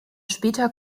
später